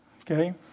Okay